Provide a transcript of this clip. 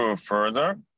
Further